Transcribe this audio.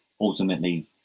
ultimately